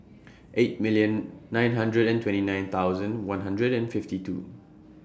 eight million nine hundred and twenty nine thousand one hundred and fifty two